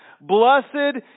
blessed